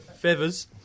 Feathers